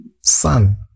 Son